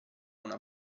una